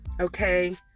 okay